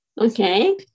Okay